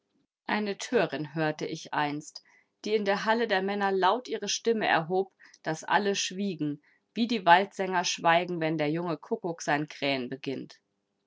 eine törin hörte ich einst die in der halle der männer laut ihre stimme erhob daß alle schwiegen wie die waldsänger schweigen wenn der junge kuckuck sein krähen beginnt